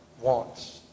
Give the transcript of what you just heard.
wants